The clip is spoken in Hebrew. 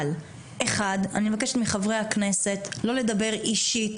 אבל אני מבקשת מחברי הכנסת לא לדבר אישית